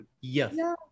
yes